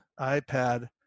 iPad